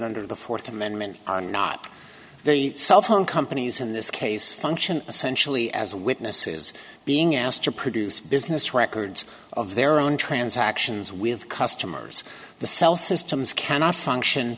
under the fourth amendment on not the cell phone companies in this case function essentially as a witness is being asked to produce business records of their own transactions with customers the cell systems cannot function